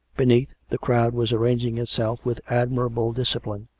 beneath, the crowd was arranging itself with admirable discipline,